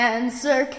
Answer